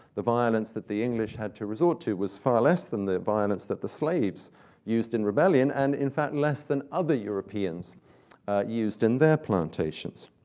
the violence that the english had to resort to was far less than the violence that the slaves used in rebellion and, in fact, less than other europeans used in their plantations.